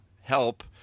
help